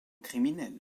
criminels